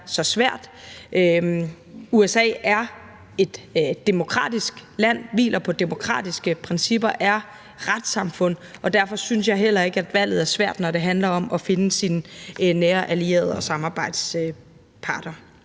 så svært. USA er et demokratisk land, hviler på demokratiske principper, er et retssamfund, og derfor synes jeg heller ikke, at valget er svært, når det handler om at finde sine nære allierede og samarbejdsparter.